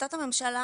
החלטת הממשלה